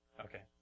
Okay